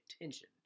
attention